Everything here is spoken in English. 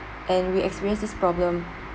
and we experience this problem